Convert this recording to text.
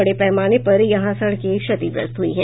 बड़े पैमाने पर यहां सड़के क्षतिग्रस्त हुई हैं